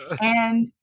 And-